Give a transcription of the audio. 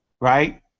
right